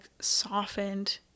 softened